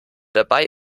dabei